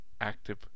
active